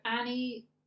Annie